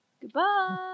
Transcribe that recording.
goodbye